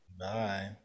Bye